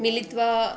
मिलित्वा